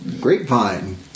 Grapevine